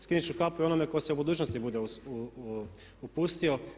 Skinut ću kapu i onome tko se u budućnosti bude upustio.